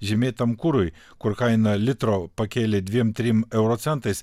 žymėtam kurui kur kainą litro pakėlė dviem trim euro centais